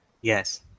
Yes